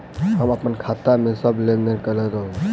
अहाँ अप्पन खाता मे सँ लेन देन करैत रहू?